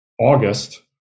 August